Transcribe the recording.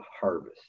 harvest